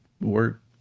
work